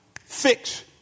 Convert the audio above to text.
fix